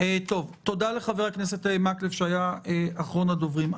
תודה לחבר הכנסת מקלב, שהיה אחרון הדוברים.